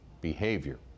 behavior